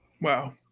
Wow